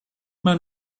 man